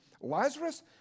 Lazarus